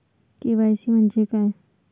KYC म्हंजे काय?